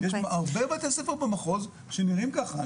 יש הרבה בתי ספר במחוז שנראים ככה.